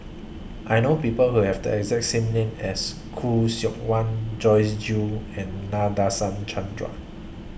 I know People Who Have The exact same name as Khoo Seok Wan Joyce Jue and Nadasen Chandra